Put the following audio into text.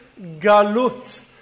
galut